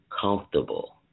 comfortable